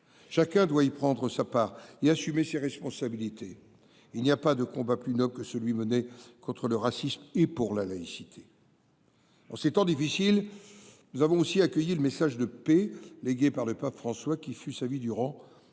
Chacun doit y prendre sa part, y assumer ses responsabilités. Il n'y a pas de combat plus noble que celui mené contre le racisme et pour la laïcité. En ces temps difficiles, nous avons aussi accueilli le message de paix légué par le pape François qui fut sa vie durant un homme